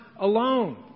alone